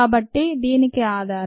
కాబట్టి దీనికి ఆధారం